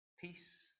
peace